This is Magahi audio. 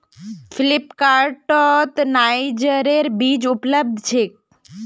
फ्लिपकार्टत नाइजरेर बीज उपलब्ध छेक